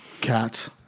Cats